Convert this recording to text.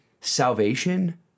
salvation